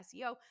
SEO